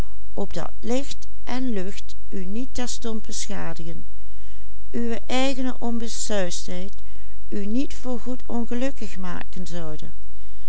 onbesuisdheid u niet voor